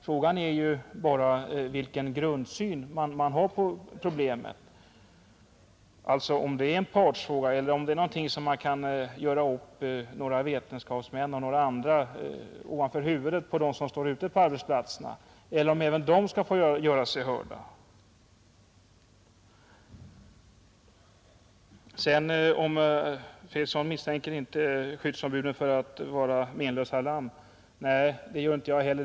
Frågan är bara vilken grundsyn man har på problemet, alltså om man anser att det är en partsfråga eller om man tycker att detta är någonting som vetenskapsmän och andra kan göra upp ovanför huvudet på dem som arbetar ute på arbetsplatserna. Vi tycker att även de skall få göra sig hörda. Herr Fredriksson misstänkte inte skyddsombuden för att vara menlösa lamm. Nej, det gör inte jag heller.